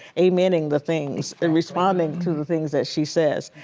amen'ing the things and responding to the things that she says.